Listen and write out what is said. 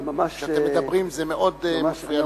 כשאתם מדברים זה מאוד מפריע לנואם.